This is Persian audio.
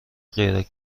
غیر